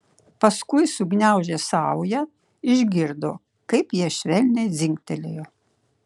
paskui sugniaužė saują išgirdo kaip jie švelniai dzingtelėjo